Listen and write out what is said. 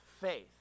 faith